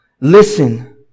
listen